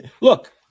look